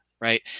Right